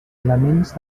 elements